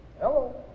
Hello